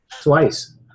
Twice